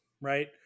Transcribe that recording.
right